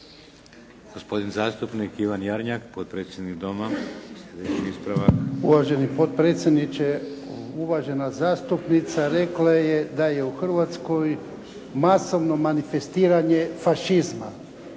Jedan ispravak. **Jarnjak, Ivan (HDZ)** Uvaženi potpredsjedniče, uvažena zastupnica rekla je da je u Hrvatskoj masovno manifestiranje fašizma.